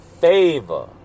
Favor